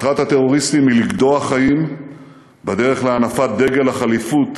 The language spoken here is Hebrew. מטרת הטרוריסטים היא לגדוע חיים בדרך להנפת דגל הח'ליפות